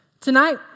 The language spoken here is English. tonight